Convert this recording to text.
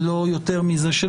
אם לא יותר מזה,